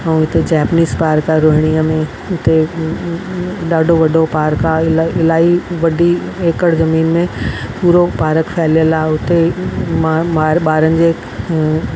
ऐं हिते Japanese park आहे रोहिणीअ में हुते ॾाढो वॾो पार्क आहे इलाही इलाही वॾी एकड़ ज़मीन में पूरो पारक फहिलियल आहे हुते म म ॿारनि जे